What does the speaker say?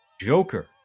Joker